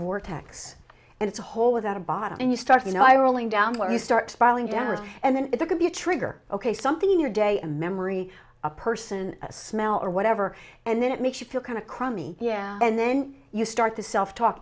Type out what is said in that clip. war tax and it's a whole without a body and you start you know i rolling down when you start spiraling down and then there could be a trigger ok something in your day a memory a person a smell or whatever and then it makes you feel kind of crummy yeah and then you start to self talk